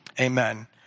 Amen